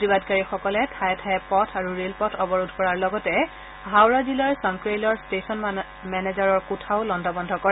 প্ৰতিবাদকাৰীসকলে ঠায়ে ঠায়ে পথ আৰু ৰেলপথ অৱৰোধ কৰাৰ লগতে হাওৰা জিলাৰ চংক্ৰেইলৰ ষ্টেচন মেনেজাৰৰ কোঠাও লণ্ডভণ্ড কৰে